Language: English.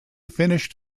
finished